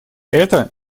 это